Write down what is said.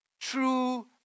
true